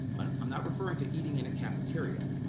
but i'm not referring to eating in a cafeteria.